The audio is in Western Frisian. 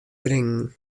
bringen